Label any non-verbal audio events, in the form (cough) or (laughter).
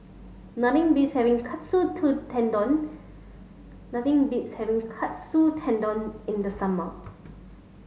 (unintelligible) beats having Katsu to Tendon nothing beats having Katsu Tendon in the summer